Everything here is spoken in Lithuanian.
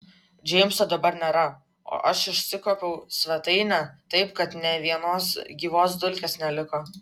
džeimso dabar nėra o aš išsikuopiau svetainę taip kad nė vienos gyvos dulkės neliko